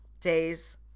days